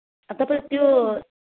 तपाईँले त्यो